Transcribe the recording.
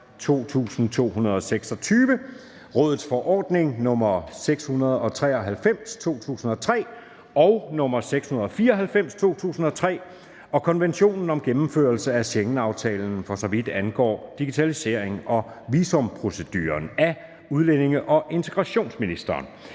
Rådets forordning (EF) nr. 693/2003 og (EF) nr. 694/2003 og konventionen om gennemførelse af Schengenaftalen for så vidt angår digitalisering af visumproceduren. Af udlændinge- og integrationsministeren